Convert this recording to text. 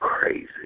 crazy